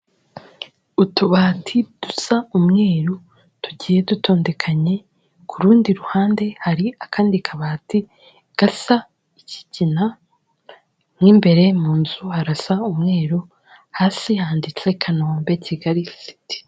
Utubati dusa umweru tugiye dutondekanye, ku rundi ruhande hari akandi kabati gasa ikigina mu imbere mu nzu harasa umweru, hasi handitse Kanombe kigali siti.